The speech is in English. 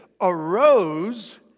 arose